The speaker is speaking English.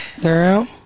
Girl